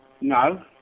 No